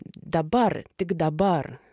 dabar tik dabar